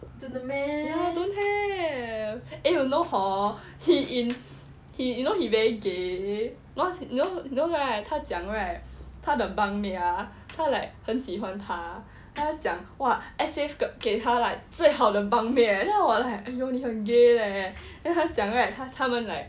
ya don't have eh you know hor he in he you know he very gay what's you know you know right 他讲 right 他的 bunk mate ah 他 like 很喜欢他他讲 !wah! S_A_F 给他最好的 bunk mate then I was like !aiyo! 你很 gay leh then 他讲 right 他们 like